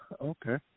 Okay